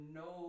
no